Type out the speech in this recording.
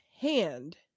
hand